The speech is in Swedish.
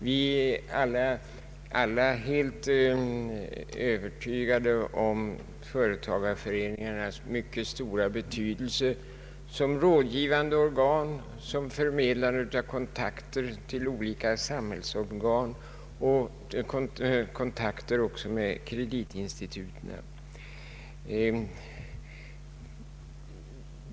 Vi är alla helt övertygade om företagareföreningarnas mycket stora betydelse som rådgivande organ, som förmedlare av kontakter med olika samhällsorgan och även av kontakter med kreditinstituten.